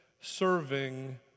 serving